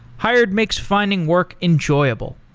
hired makes finding work enjoyable.